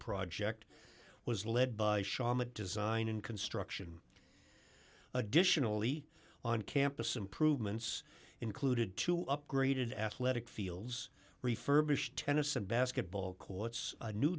project was led by sharma design and construction additionally on campus improvements included two upgraded athletic fields refurbished tennis and basketball courts a new